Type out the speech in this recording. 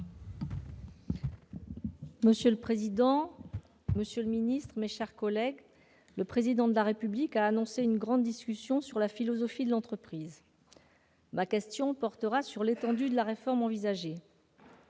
Monsieur le président, monsieur le secrétaire d'État, mes chers collègues, le Président de la République a annoncé une grande discussion sur la « philosophie de l'entreprise ». Ma question portera sur l'étendue de la réforme envisagée.